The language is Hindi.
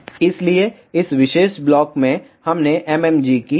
इसलिए इस विशेष ब्लॉक में हमने MMG की s2p फ़ाइल इंपोर्ट की है